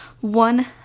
one